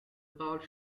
powered